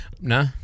No